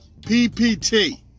ppt